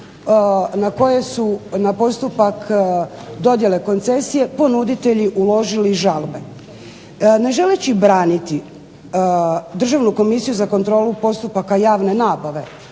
na koje su na postupak dodjele koncesije ponuditelji uložili žalbe. Ne želeći braniti Državnu komisiju za kontrolu postupaka javne nabave,